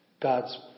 God's